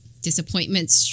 disappointments